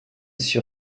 sur